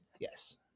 yes